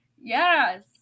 yes